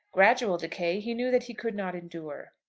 gradual decay he knew that he could not endure.